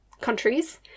countries